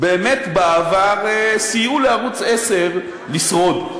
באמת סייעו בעבר לערוץ 10 לשרוד.